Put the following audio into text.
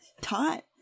taught